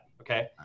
okay